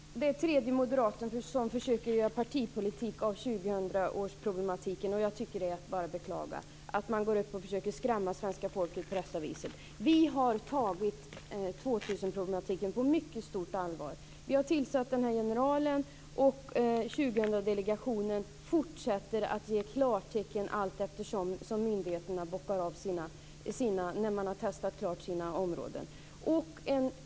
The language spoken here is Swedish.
Fru talman! Det är tredje moderaten som försöker göra partipolitik av 2000-årsproblematiken. Det är bara att beklaga att man försöker skrämma svenska folket på detta vis. Vi har tagit 2000-problematiken på mycket stort allvar. Vi har tillsatt den här generalen, och 2000 delegationen fortsätter att ge klartecken allteftersom myndigheterna bockar av när de har testat klart sina områden.